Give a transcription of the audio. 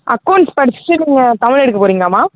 accounts படிச்சிவிட்டு நீங்கள் தமிழ் எடுக்க போகறீங்களாம்மா